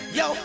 yo